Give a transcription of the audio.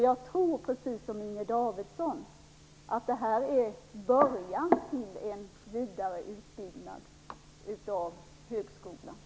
Jag tror precis som Inger Davidson att det här är början till en vidare utbyggnad av högskolan.